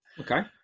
okay